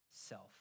self